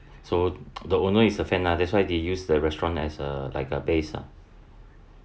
so the owner is a fan lah that's why they use the restaurant as a like a base ah